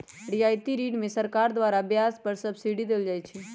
रियायती ऋण में सरकार द्वारा ब्याज पर सब्सिडी देल जाइ छइ